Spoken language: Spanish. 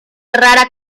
rara